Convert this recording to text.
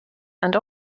and